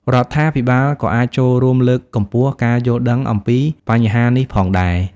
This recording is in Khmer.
រដ្ឋាភិបាលក៏អាចចូលរួមលើកកម្ពស់ការយល់ដឹងអំពីបញ្ហានេះផងដែរ។